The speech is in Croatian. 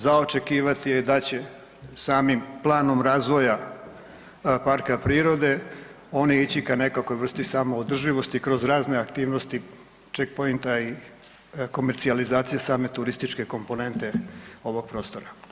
Za očekivati je da će samim planom razvoja parka prirode one ići ka nekakvoj vrsti samoodrživosti kroz razne aktivnosti, check pointa i komercijalizacije same turističke komponente ovog prostora.